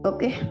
Okay